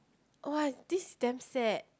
!wah! this damn sad